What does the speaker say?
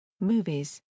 movies